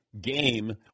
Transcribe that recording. game